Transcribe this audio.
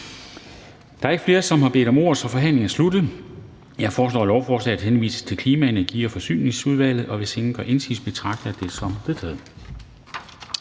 Der er ikke flere, der har bedt om ordet, så forhandlingen er sluttet. Jeg foreslår, at lovforslaget henvises til Klima-, Energi- og Forsyningsudvalget. Hvis ingen gør indsigelse, betragter jeg det som vedtaget.